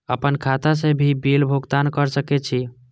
आपन खाता से भी बिल भुगतान कर सके छी?